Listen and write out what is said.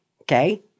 okay